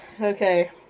Okay